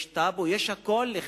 יש טאבו, יש לך הכול,